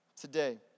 today